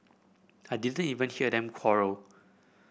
I didn't even hear them quarrel